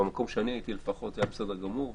ובמקום שאני הייתי לפחות זה היה בסדר גמור.